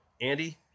Andy